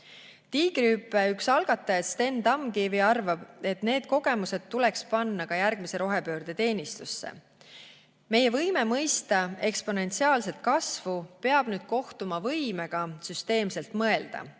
Tiigrihüpe üks algatajaid Sten Tamkivi arvab, et need kogemused tuleks panna ka järgmise rohepöörde teenistusse. Meie võime mõista eksponentsiaalset kasvu peab nüüd kohtuma võimega süsteemselt mõelda,